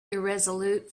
irresolute